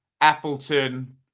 Appleton